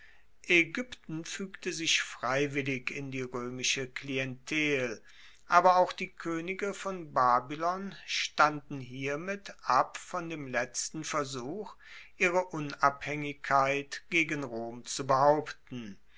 aegypten fuegte sich freiwillig in die roemische klientel aber auch die koenige von babylon standen hiermit ab von dem letzten versuch ihre unabhaengigkeit gegen rom zu behaupten